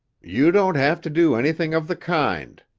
you don't have to do anything of the kind,